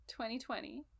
2020